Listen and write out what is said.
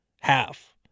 half